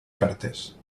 cartes